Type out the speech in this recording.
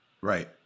Right